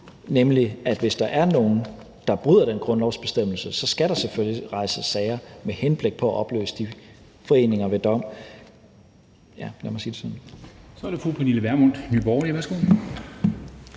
nemlig at hvis der er nogen, der bryder den grundlovsbestemmelse, så skal der selvfølgelig rejses sager med henblik på at opløse de foreninger ved dom – ja. Lad mig sige det sådan. Kl. 14:30 Formanden (Henrik Dam